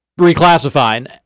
reclassifying